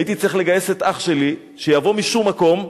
הייתי צריך לגייס את אח שלי שיבוא משום מקום,